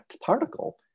particle